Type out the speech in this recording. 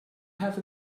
have